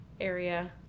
area